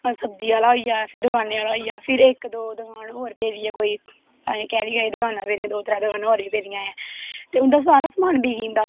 सब्जी आह्ला होईया फिर दकानें आह्ला होईया फिर इक दो दकान होर पेदियै कोई पता नी कैह्दियां कैह्दियां दकानां पेदियां दो त्रै दकानां होर बी पेदियां ऐं ते उंदा सारा समान बिकी जंदा